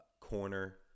Corner